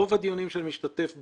רוב הדיונים שאני משתתף בהם,